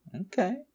Okay